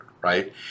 right